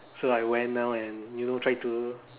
so I went down and you know try to